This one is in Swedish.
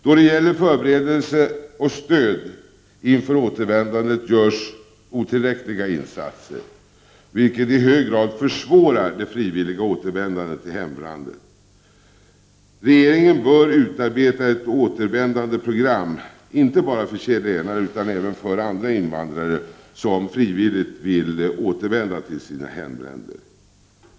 Då det gäller förberedelse och stöd inför återvändandet görs otillräckliga insatser, vilket i hög grad försvårar det frivilliga återvändandet till hemlandet. Regeringen bör utarbeta ett återvändandeprogram, inte bara för chilenare utan även för andra invandrare, som frivilligt vill återvända till sina hemländer.